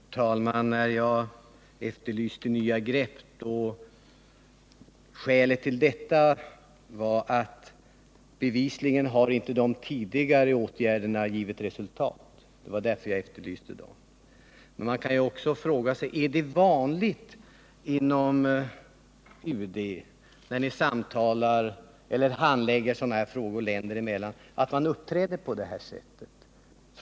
Herr talman! Jag efterlyste nya grepp. Skälet till detta var att de tidigare åtgärderna bevisligen inte har gett resultat. Jag vill också fråga: Är det vanligt inom UD, när ni handlägger sådana här frågor länder emellan, att en motpart uppträder på detta sätt?